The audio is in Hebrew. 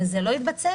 וזה לא יתבצע,